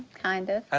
kind of. ah